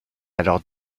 alors